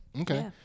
Okay